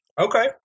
Okay